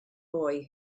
boy